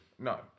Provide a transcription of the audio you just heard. No